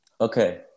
Okay